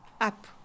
up